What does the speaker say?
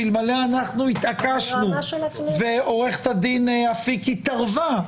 שאלמלא התעקשנו ועורכת הדין אפיק התערבה,